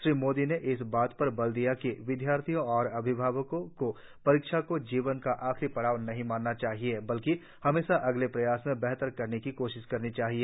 श्री मोदी ने इस बात पर बल दिया कि विदयार्थियों और अभिभावकों को परीक्षा के जीवन का आखिरी पड़ाव नहीं मानना चाहिए बल्कि हमेशा अगले प्रयास में बेहतर करने की कोशिश करनी चाहिए